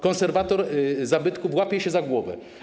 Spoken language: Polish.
Konserwator zabytków łapie się za głowę.